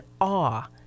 awe